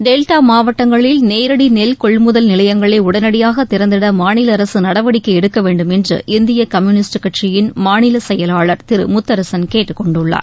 delta மாவட்டங்களில் நேரடி நெல் கொள்முதல் நிலையங்களை உடனடியாக திறந்திட மாநில அரசு நடவடிக்கை எடுக்க வேண்டும் என்று இந்திய கம்யூனிஸ்ட் கட்சியின் மாநில செயலாளர் திரு முத்தரசன் கேட்டுக் கொண்டுள்ளார்